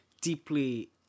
Deeply